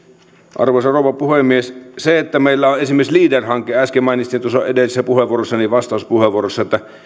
arvoisa rouva puhemies meillä on esimerkiksi leader hanke äsken mainitsin tuossa edellisessä puheenvuorossani vastauspuheenvuorossani